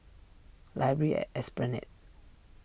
Library at Esplanade